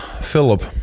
Philip